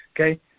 okay